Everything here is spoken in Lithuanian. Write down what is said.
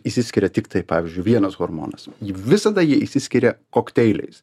išsiskiria tiktai pavyzdžiui vienas hormonas jį visada jį išsiskiria kokteiliais